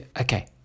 okay